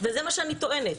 וזה מה שאני טוענת.